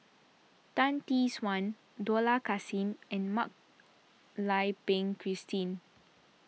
Tan Tee Suan Dollah Kassim and Mak Lai Peng Christine